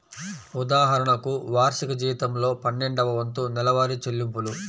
ఉదాహరణకు, వార్షిక జీతంలో పన్నెండవ వంతు నెలవారీ చెల్లింపులు